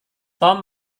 tom